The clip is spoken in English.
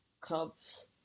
clubs